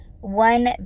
One